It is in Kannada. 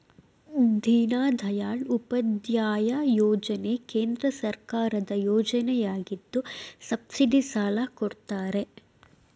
ದೀನದಯಾಳ್ ಉಪಾಧ್ಯಾಯ ಯೋಜನೆ ಕೇಂದ್ರ ಸರ್ಕಾರದ ಯೋಜನೆಯಗಿದ್ದು ಸಬ್ಸಿಡಿ ಸಾಲ ಕೊಡ್ತಾರೆ